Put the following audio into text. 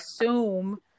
assume